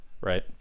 right